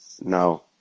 No